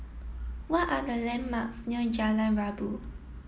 what are the landmarks near Jalan Rabu